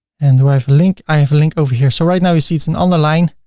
and do i have a link? i have a link over here. so right now, you see it's and on the line,